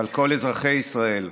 ועל כל אזרחי ישראל,